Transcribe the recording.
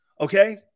Okay